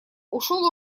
ушёл